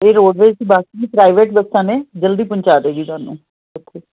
ਇਹ roadways bus ਨਹੀਂ private ਬੱਸਾਂ ਨੇ ਜਲਦੀ ਪਹੁੰਚਾ ਦੇਗੀ ਤੁਹਾਨੂੰ ਉੱਥੇ